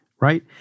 right